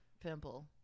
pimple